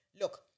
look